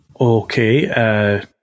Okay